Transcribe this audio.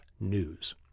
news